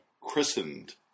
christened